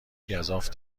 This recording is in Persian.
گزاف